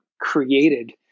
created